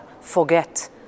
forget